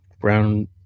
brown